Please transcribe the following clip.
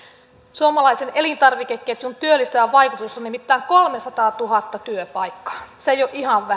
suomalaisen elintarvikeketjun työllistävä vaikutus on nimittäin kolmesataatuhatta työpaikkaa se ei ole ihan